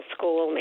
School